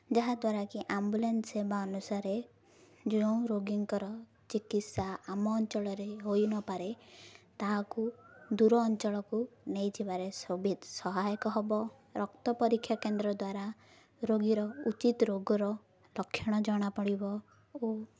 ଯାହାଦ୍ୱାରା କିି ଆମ୍ବୁଲାନ୍ସ ସେବା ଅନୁସାରେ ଯେଉଁ ରୋଗୀଙ୍କର ଚିକିତ୍ସା ଆମ ଅଞ୍ଚଳରେ ହୋଇନପାରେ ତାହାକୁ ଦୂର ଅଞ୍ଚଳକୁ ନେଇଯିବାରେ ସହାୟକ ହବ ରକ୍ତ ପରୀକ୍ଷା କେନ୍ଦ୍ର ଦ୍ୱାରା ରୋଗୀର ଉଚିତ୍ ରୋଗର ଲକ୍ଷଣ ଜଣା ପଡ଼ିବ ଓ